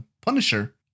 Punisher